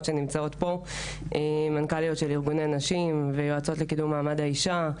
שנמצאות פה; מנכ"ליות של ארגוני הנשים ויועצות לקידום מעמד האישה,